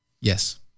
Yes